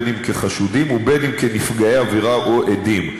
אם כחשודים ואם כנפגעי עבירה או עדים.